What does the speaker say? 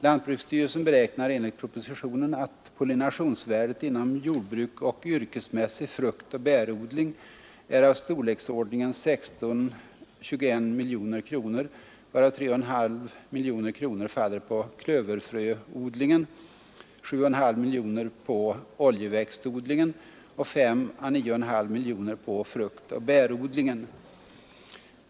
Lantbruksstyrelsen beräknar, enligt propositionen, att pollinationsvärdet inom jordbruk och yrkesmässig fruktoch bärodling är av storleksordningen 16—21 miljoner kronor, varav 3,5 miljoner kronor faller på klöverfröodlingen, 7,5 miljoner kronor på oljeväxtodlingen och S å 9,5 miljoner kronor på fruktoch bärodlingen.